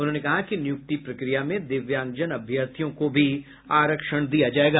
उन्होंने कहा कि नियुक्ति प्रक्रिया में दिव्यांगजन अभ्यर्थियों को भी आरक्षण दिया जायेगा